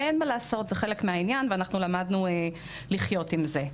אין מה לעשות, זה חלק מהעניין ולמדנו לחיות עם זה.